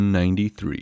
193